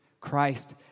Christ